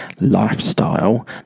lifestyle